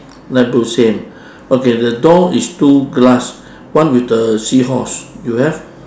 light blue same okay the door is two glass one with the seahorse you have